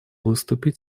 выступить